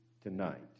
tonight